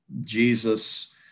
Jesus